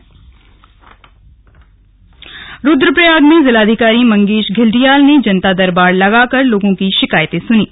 slug जनता दरबार रुद्रप्रयाग में जिलाधिकारी मंगेश घिल्डियाल ने जनता दरबार लगाकर लोगों की शिकायतें सुनीं